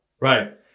Right